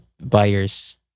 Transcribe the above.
buyers